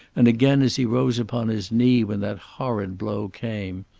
and again as he rose upon his knee when that horrid blow came!